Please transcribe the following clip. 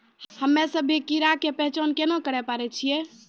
हम्मे सभ्भे कीड़ा के पहचान केना करे पाड़ै छियै?